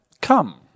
Come